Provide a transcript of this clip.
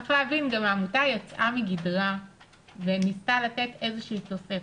צריך להבין, העמותה יצאה מגדרה וניסתה לתת תוספת,